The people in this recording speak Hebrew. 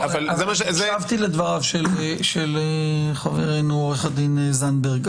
אני הקשבתי לדבריו של חברינו עוה"ד זנדברג,